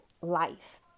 life